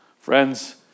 Friends